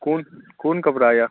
कोन कोन कपड़ा अय